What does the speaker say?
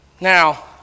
Now